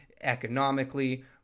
economically